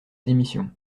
démission